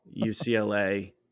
UCLA